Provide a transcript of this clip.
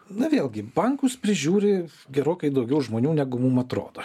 na vėlgi bankus prižiūri gerokai daugiau žmonių negu mum atrodo